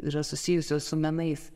yra susijusios su menais